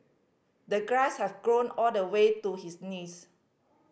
the grass have grown all the way to his knees